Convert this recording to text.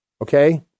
okay